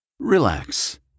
Relax